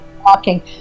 walking